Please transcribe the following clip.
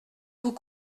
vous